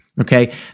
Okay